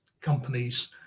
companies